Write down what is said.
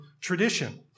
tradition